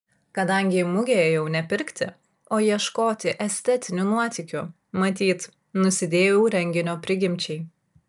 kadangi į mugę ėjau ne pirkti o ieškoti estetinių nuotykių matyt nusidėjau renginio prigimčiai